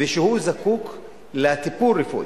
ושהוא זקוק לטיפול רפואי.